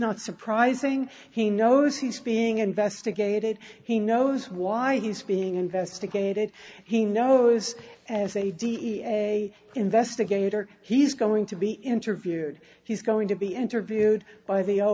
not surprising he knows he's being investigated he knows why he's being investigated he knows as a da investigator he's going to be interviewed he's going to be interviewed by the